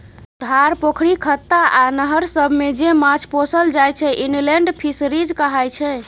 धार, पोखरि, खत्ता आ नहर सबमे जे माछ पोसल जाइ छै इनलेंड फीसरीज कहाय छै